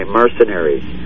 mercenaries